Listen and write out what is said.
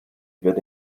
wird